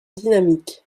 dynamique